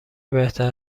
بهتر